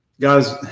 guys